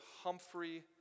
Humphrey